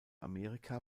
amerika